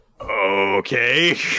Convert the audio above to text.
Okay